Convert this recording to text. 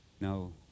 No